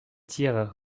tirs